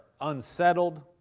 unsettled